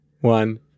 one